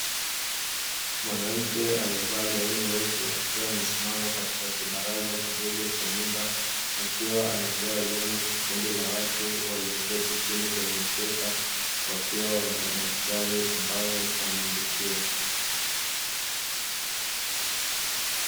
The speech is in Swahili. Mwanamke aliyevaa gauni lefu akiwa amesimama katika kibaraza kidogo cha nyumba, akiwa anatoa elimu kwenye kundi la watu walioketi chini kwenye mkeka, wakiwa wana madaftari ambayo wanaandikia.